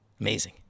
Amazing